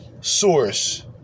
source